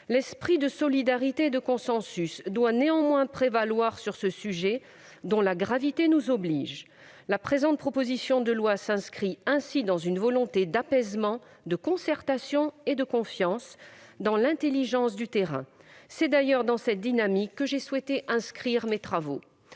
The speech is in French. l'esprit de solidarité et de consensus doit prévaloir sur ce sujet, dont la gravité nous oblige. Cette proposition de loi traduit une volonté d'apaisement, de concertation et de confiance dans l'intelligence du terrain : c'est d'ailleurs dans cette dynamique que j'ai souhaité inscrire mes travaux.